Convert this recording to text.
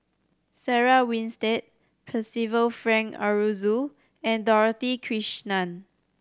Sarah Winstedt Percival Frank Aroozoo and Dorothy Krishnan